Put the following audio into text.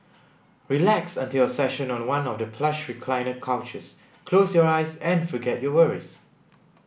relax until your session on one of the plush recliner couches close your eyes and forget your worries